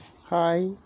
Hi